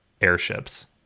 airships